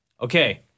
Okay